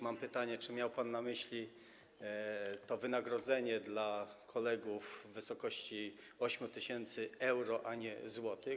Mam pytanie, czy miał pan na myśli wynagrodzenie dla kolegów w wysokości 8 tys. euro, a nie złotych.